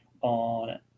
on